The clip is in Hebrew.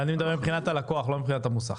לא, אני מדבר מבחינת הלקוח, לא מבחינת המוסך.